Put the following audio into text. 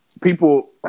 people